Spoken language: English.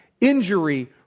injury